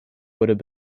would